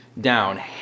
down